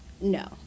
no